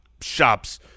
shops